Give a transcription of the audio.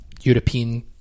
European